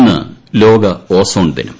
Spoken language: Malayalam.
ഇന്ന് ലോക ഓസോൺ ദിനം